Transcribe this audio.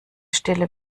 stelle